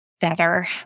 better